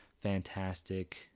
fantastic